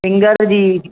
singer जी